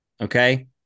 okay